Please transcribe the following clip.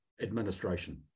administration